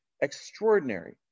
extraordinary